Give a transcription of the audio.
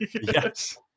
Yes